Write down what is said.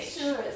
Sure